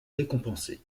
récompensés